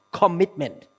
commitment